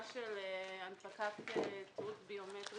התשע"ט-2018.